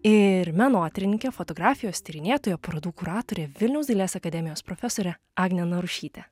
ir menotyrininkė fotografijos tyrinėtoja parodų kuratorė vilniaus dailės akademijos profesorė agnė narušytė